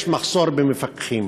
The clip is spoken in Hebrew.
יש מחסור במפקחים,